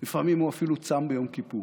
לפעמים הוא אפילו צם ביום כיפור.